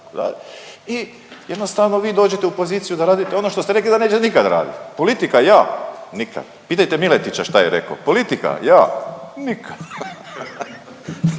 i jednostavno vi dođete u poziciju da radite ono što ste rekli da nećete nikada radit. Politika, ja? Nikad. Pitajte Miletića šta je rekao. Politika, ja? Nikad.